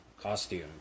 costume